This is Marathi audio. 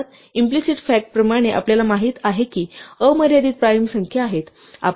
अर्थात इम्प्लिसिट फॅक्ट प्रमाणे आपल्याला माहित आहे की अमर्यादित प्राइम संख्या आहेत